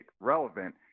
relevant